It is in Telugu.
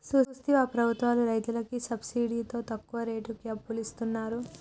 సూత్తివా ప్రభుత్వాలు రైతులకి సబ్సిడితో తక్కువ రేటుకి అప్పులిస్తున్నరు